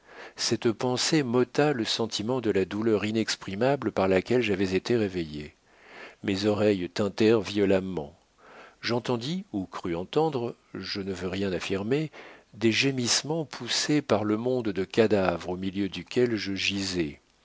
cette pensée m'ôta le sentiment de la douleur inexprimable par laquelle j'avais été réveillé mes oreilles tintèrent violemment j'entendis ou crus entendre je ne veux rien affirmer des gémissements poussés par le monde de cadavres au milieu duquel je gisais